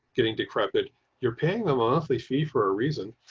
getting decrepit you're paying a monthly fee for a reason.